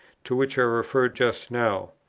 to which i referred just now.